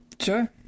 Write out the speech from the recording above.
Sure